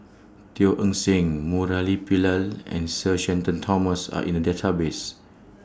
Teo Eng Seng Murali Pillai and Sir Shenton Thomas Are in The Database